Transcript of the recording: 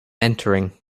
entering